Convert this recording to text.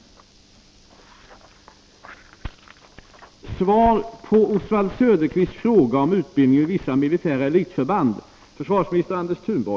Vid röstning måste voteringsknappen hållas intryckt till dess signallampan i bänken lyser.